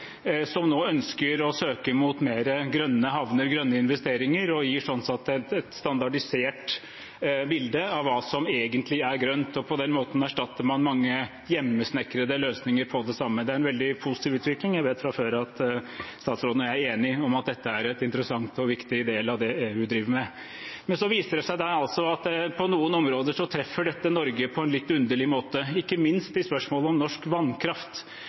som nå ønsker å søke mot mer grønne havner, grønne investeringer, og gir sånn sett et standardisert bilde av hva som egentlig er grønt. På den måten erstatter man mange hjemmesnekrede løsninger på det samme. Det er en veldig positiv utvikling. Jeg vet fra før at statsråden og jeg er enige om at dette er en interessant og viktig del av det EU driver med. Men så viste det seg at på noen områder treffer dette Norge på en litt underlig måte, ikke minst i spørsmålet om norsk vannkraft.